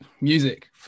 music